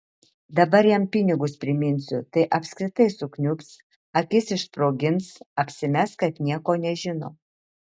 dabar jam pinigus priminsiu tai apskritai sukniubs akis išsprogins apsimes kad nieko nežino